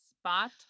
spot-